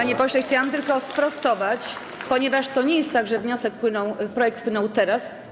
Panie pośle, chciałam tylko sprostować, ponieważ to nie jest tak, że wniosek, projekt wpłynął teraz.